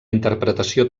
interpretació